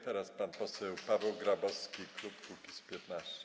Teraz pan poseł Paweł Grabowski, klub Kukiz’15.